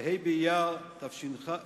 בה' באייר תש"ח,